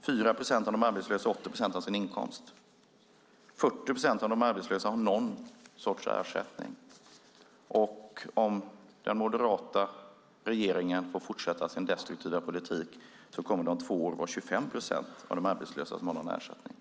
4 procent av de arbetslösa har 80 procent av sin inkomst. 40 procent av de arbetslösa har någon sorts ersättning. Om den moderata regeringen får fortsätta sin destruktiva politik kommer det om två år att vara 25 procent av de arbetslösa som har någon ersättning.